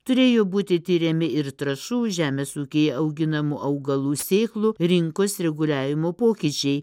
turėjo būti tiriami ir trąšų žemės ūkyje auginamų augalų sėklų rinkos reguliavimo pokyčiai